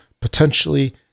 potentially